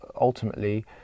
ultimately